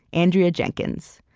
andrea jenkins.